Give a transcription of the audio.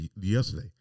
yesterday